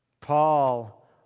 Paul